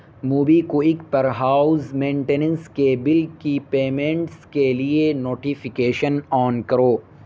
Mobi quick پر house maintenance کے bill کی پیمنٹس کے لیے نوٹیفیکیشن آن کرو